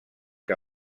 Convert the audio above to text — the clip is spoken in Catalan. que